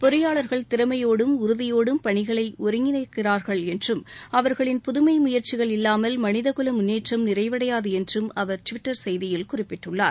பொறியாளர்கள் திறமையோடும் உறுதியோடும் பணிகளை ஒருங்கிணைக்கிறார்கள் என்றும் அவர்களின் புதமை முயற்சிகள் இல்லாமல் மனிதகுல முன்னேற்றம் நிறைவடையாது என்று அவர் டுவிட்டர் செய்தியில் குறிப்பிட்டுள்ளார்